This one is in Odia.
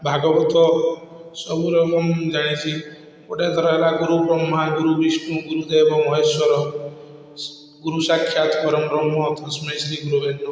ଭାଗବତ ସବୁର ଓଲମ୍ ମୁଁ ଜାଣିଛି ଗୋଟେ ଧର ହେଲା ଗୁରୁ ବ୍ରହ୍ମା ଗୁରୁ ବିଷ୍ଣୁ ଗୁରୁ ଦେବ ମହେଶ୍ୱର ଗୁରୁ ସାକ୍ଷାତ୍ ପରଂ ବ୍ରହ୍ମ ତସ୍ମୈ ଶ୍ରୀ ଗୁରବେ ନମଃ